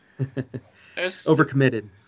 Overcommitted